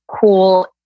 cool